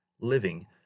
living